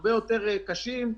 הרבה יותר קשים,